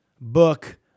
book